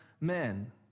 men